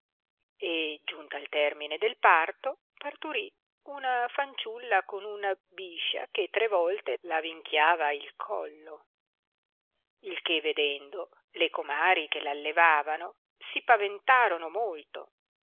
e giunta al termine del parto parturì una fanciulla con una biscia che tre volte avinchiava il collo il che vedendo le comari che allevavano si paventarono molto